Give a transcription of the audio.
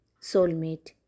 soulmate